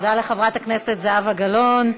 לחברת הכנסת זהבה גלאון.